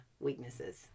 weaknesses